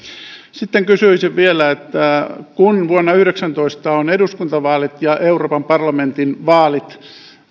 sitten kysyisin vielä että kun vuonna yhdeksäntoista on eduskuntavaalit ja euroopan parlamentin vaalit